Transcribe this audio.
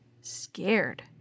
Scared